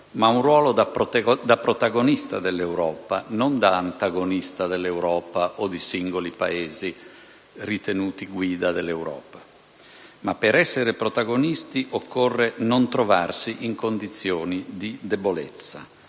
un ruolo da protagonista dell'Europa, non da antagonista dell'Europa o di singoli Paesi ritenuti guida dell'Europa. Tuttavia, per essere protagonisti occorre non trovarsi in condizioni di debolezza,